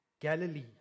Galilee